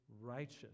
righteous